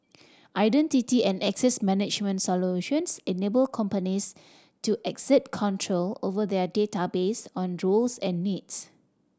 identity and access management solutions enable companies to exert control over their data based on roles and needs